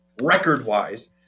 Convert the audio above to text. record-wise